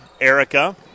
Erica